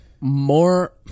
more